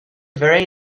very